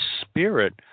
spirit